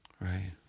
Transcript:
Right